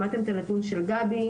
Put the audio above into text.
שמעתם את הנתון של גבי,